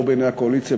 לא בעיני הקואליציה,